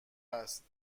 است